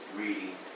reading